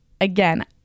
again